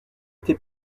été